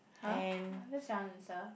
!huh! that's your answer